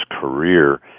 career